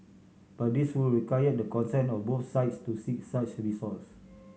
but this would require the consent of both sides to seek such recourse